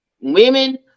women